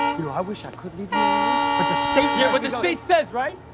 you know, i wish i could leave you alone, but the state. yeah, but the state says, right?